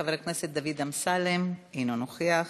חבר הכנסת דוד אמסלם, אינו נוכח,